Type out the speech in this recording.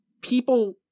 people